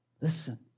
listen